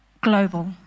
global